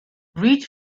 reach